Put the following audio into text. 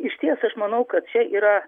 išties aš manau kad čia yra